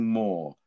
more